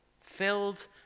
Filled